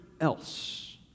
else